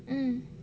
mm